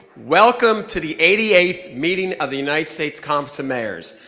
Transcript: welcome to the eighty eighth meeting of the united states conference of mayors.